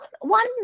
one